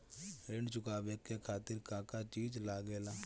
ऋण चुकावे के खातिर का का चिज लागेला?